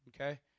Okay